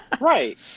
Right